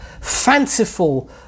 fanciful